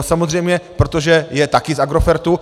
Samozřejmě, protože je taky z Agrofertu.